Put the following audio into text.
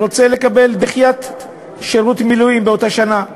רוצה לקבל דחיית שירות מילואים באותה שנה,